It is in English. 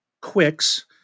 quicks